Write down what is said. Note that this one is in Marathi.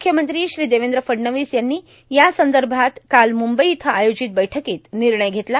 मुख्यमंत्री देवद्र फडणवीस यांनी यासंदभात काल मुंबई इथं आयोजित बैठकोंत र्गनणय घेतला